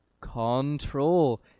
control